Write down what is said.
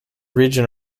region